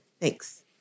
Thanks